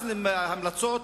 אז ההמלצות.